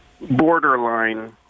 borderline